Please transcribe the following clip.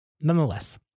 Nonetheless